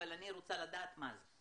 אבל אני רוצה לדעת מה זה.